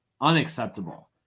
unacceptable